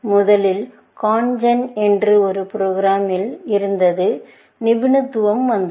முதலில் CONGEN என்று ஒரு ப்ரோக்ராம் இல் இருந்தது நிபுணத்துவம் வந்தது